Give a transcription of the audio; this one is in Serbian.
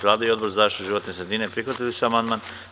Vlada i Odbor za zaštitu životne sredine prihvatili amandman.